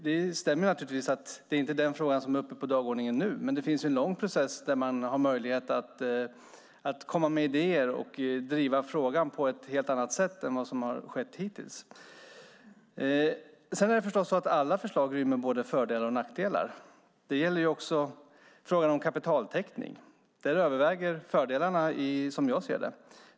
Det stämmer naturligtvis att det inte är den fråga som är uppe på dagordningen nu, men det är en lång process där man har möjlighet att komma med idéer och driva frågan på ett helt annat sätt än vad som har skett hittills. Alla förslag rymmer ju både fördelar och nackdelar. Det gäller också frågan om kapitaltäckning. Där överväger fördelarna, som jag ser det.